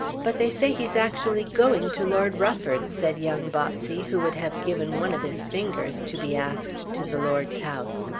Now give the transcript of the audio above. but they say he's actually going to lord rufford's, said young botsey who would have given one of his fingers to be asked to the lord's house.